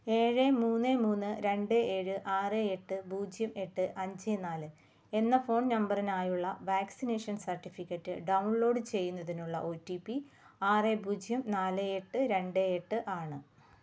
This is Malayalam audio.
ഏഴ് മുന്ന് മൂന്ന് രണ്ട് ഏഴ് ആറ് എട്ട് പൂജ്യം എട്ട് അഞ്ച് നാല് എന്ന ഫോൺ നമ്പറിനായുള്ള വാക്സിനേഷൻ സർട്ടിഫിക്കറ്റ് ഡൗൺലോഡ് ചെയ്യുന്നതിനുള്ള ഒ ടി പി ആറ് പൂജ്യം നാല് എട്ട് രണ്ട് എട്ട് ആണ്